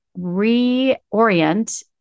reorient